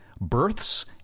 births